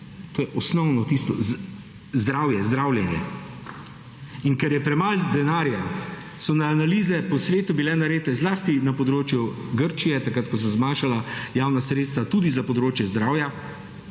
To je osnovno, tisto, zdravje, zdravljenje. In ker je premalo denarja, so analize po svetu bile narejene, zlasti na področju Grčije, takrat, ko so se zmanjšala javna sredstva tudi za področje zdravja,